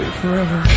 forever